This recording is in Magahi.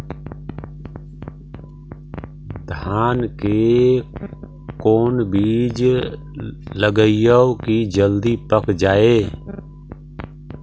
धान के कोन बिज लगईयै कि जल्दी पक जाए?